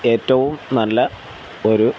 ഏറ്റവും നല്ല ഒരു